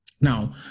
now